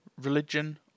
religion